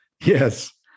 Yes